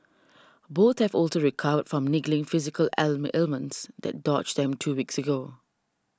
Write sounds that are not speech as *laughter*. both have also recovered from niggling physical *unintelligible* ailments that dogged them two weeks ago